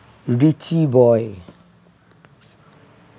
richie boy